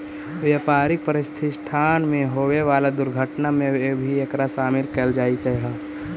व्यापारिक प्रतिष्ठान में होवे वाला दुर्घटना में भी एकरा शामिल कईल जईत हई